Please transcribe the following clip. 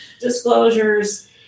disclosures